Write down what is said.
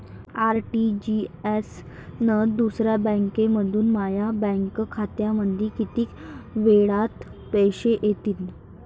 RTGS न दुसऱ्या बँकेमंधून माया बँक खात्यामंधी कितीक वेळातं पैसे येतीनं?